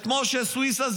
את משה סויסה,